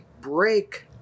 break